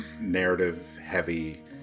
narrative-heavy